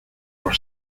los